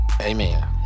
amen